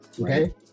okay